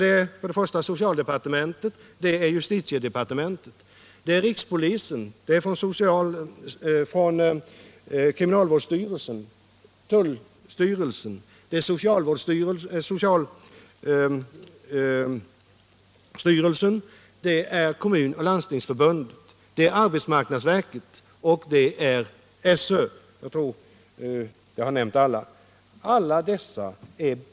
Det är representanter för socialdepartementet, justitiedepartementet, rikspolisen, kriminalvårdsstyrelsen, tullstyrelsen, socialstyrelsen, Kommunförbundet och Landstingsförbundet, arbetsmarknadsverket och SÖ. Jag tror att jag har nämnt alla.